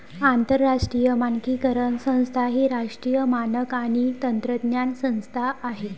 आंतरराष्ट्रीय मानकीकरण संस्था ही राष्ट्रीय मानक आणि तंत्रज्ञान संस्था आहे